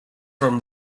from